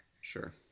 Sure